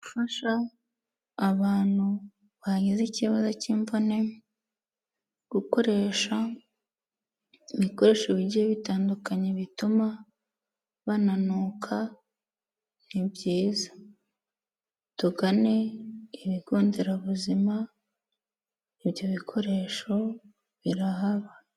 Gufasha abantu bagize ikibazo cy'imvune, gukoresha ibikoresho bigiye bitandukanye bituma bananuka ni byiza. Tugane ibigo nderabuzima ibyo bikoresho birahaba.